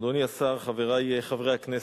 אדוני השר, חברי חברי הכנסת,